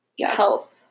health